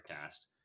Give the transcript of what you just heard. cast